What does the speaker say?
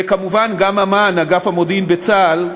וכמובן, גם אמ"ן, אגף המודיעין בצה"ל,